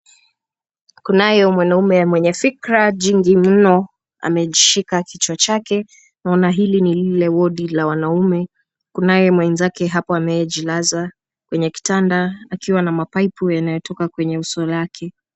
Kunaye mwanaume mwenye fikra jingi mno amejishika kichwa chake. Naona hili ni lile wodi la wanaume, kunaye mwenzake hapo anayejilaza kwenye kitanda akiwa na mapaipu yanayotoka kwenye uso lake.